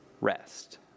rest